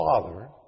father